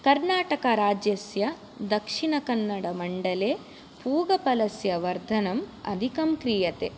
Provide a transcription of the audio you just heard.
कर्णाटका राज्यस्य दक्षिणकन्नडमण्डले पूगफलस्य वर्धनम् अधिकं क्रियते